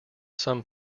some